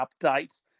update